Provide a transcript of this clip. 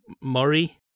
Murray